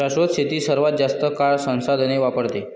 शाश्वत शेती सर्वात जास्त काळ संसाधने वापरते